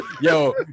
Yo